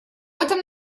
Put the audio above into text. этом